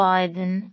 Biden